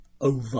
over